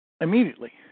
Immediately